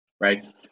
right